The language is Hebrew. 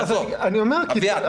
אביעד,